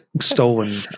stolen